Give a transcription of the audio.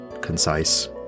Concise